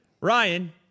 Ryan